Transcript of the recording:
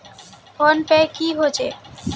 Phone पै की होचे?